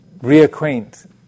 reacquaint